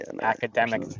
academic